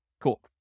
Cool